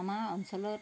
আমাৰ অঞ্চলত